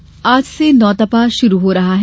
मौसम आज से नौतपा शुरू हो रहा है